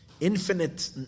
infinite